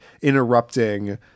interrupting